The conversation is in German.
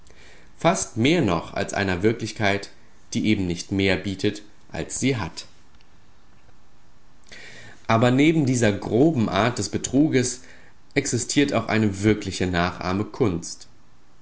fast mehr noch als an einer wirklichkeit die eben nicht mehr bietet als sie hat aber neben dieser groben art des betruges existiert auch eine wirkliche nachahme kunst